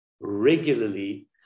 regularly